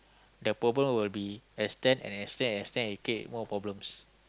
the problem will be extend and extend and extend and create more problems